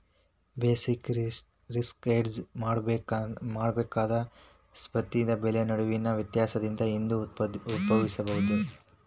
basic risk hedge ಮಾಡಬೇಕಾದ ಸ್ವತ್ತಿನ ಬೆಲೆ ನಡುವಿನ ವ್ಯತ್ಯಾಸದಿಂದ ಇದು ಉದ್ಭವಿಸ್ತದ